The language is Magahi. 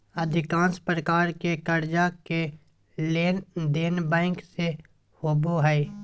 अधिकांश प्रकार के कर्जा के लेनदेन बैंक से होबो हइ